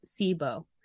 SIBO